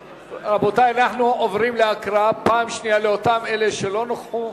אנחנו עוברים להקראה פעם שנייה לאותם אלה שלא נכחו.